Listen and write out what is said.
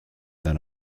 than